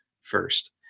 first